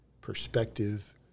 perspective